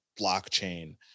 Blockchain